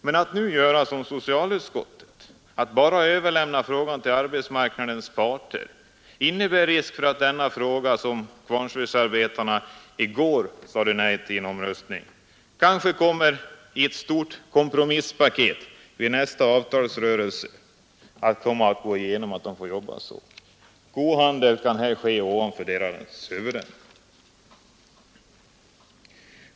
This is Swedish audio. Men att nu göra som socialutskottet gör, att bara överlämna frågan till arbetsmarknadens parter, innebär risk för att denna, som Kvarnsvedsarbetarna i går sade nej till i en omröstning, kan komma att tas med i ett stort kompromisspaket vid nästa avtalsrörelse och att det då går igenom att de får jobba så. Kohandel kan här ske ovanför arbetarnas huvuden.